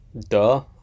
duh